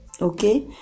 Okay